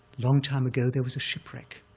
long time ago, there was a shipwreck,